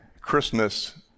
Christmas